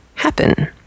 happen